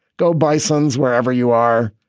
go bisons wherever you are,